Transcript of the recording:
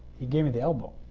he gave me the elbow.